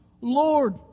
Lord